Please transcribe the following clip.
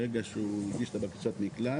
ברגע שהוא הגיש את בקשת המקלט,